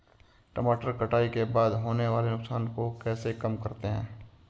टमाटर कटाई के बाद होने वाले नुकसान को कैसे कम करते हैं?